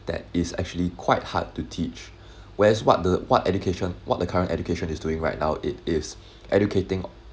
that is actually quite hard to teach whereas what the what education what the current education is doing right now it is educating